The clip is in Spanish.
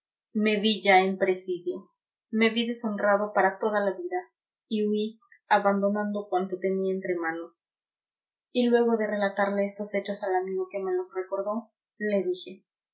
me vi ya en presidio me vi deshonrado para toda la vida y huí abandonando cuanto tenía entre manos y luego de relatarle estos hechos al amigo que me los recordó le dije